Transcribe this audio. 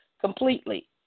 completely